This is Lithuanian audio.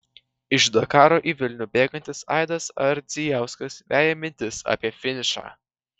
iš dakaro į vilnių bėgantis aidas ardzijauskas veja mintis apie finišą